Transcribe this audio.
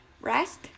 rest